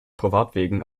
privatwegen